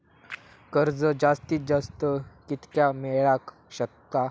कर्ज जास्तीत जास्त कितक्या मेळाक शकता?